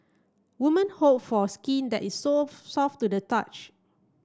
women hope for skin that is soft to the touch